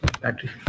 battery